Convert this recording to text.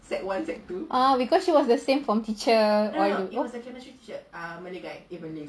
oh because she was the same form teacher oh what